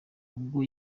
ubwo